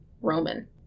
Roman